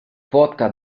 vodka